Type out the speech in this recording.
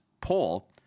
poll